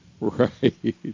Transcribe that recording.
Right